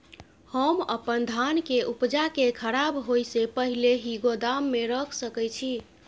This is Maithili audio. हम अपन धान के उपजा के खराब होय से पहिले ही गोदाम में रख सके छी?